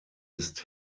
ist